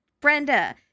Brenda